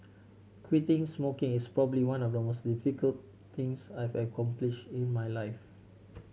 quitting smoking is probably one of the most difficult things I've accomplished in my life